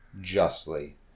justly